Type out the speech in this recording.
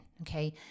Okay